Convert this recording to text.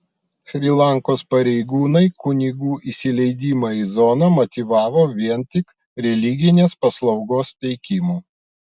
šri lankos pareigūnai kunigų įsileidimą į zoną motyvavo vien tik religinės paslaugos teikimu